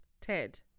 Ted